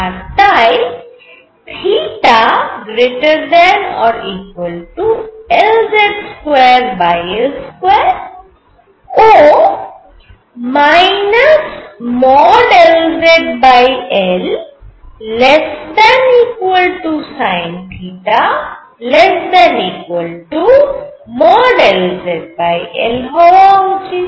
আর তাই θ≥Lz2L2 ও LzL≤sinθ≤LzL হওয়া উচিত